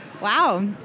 wow